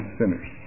sinners